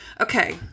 Okay